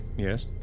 Yes